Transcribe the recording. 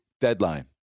deadline